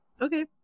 okay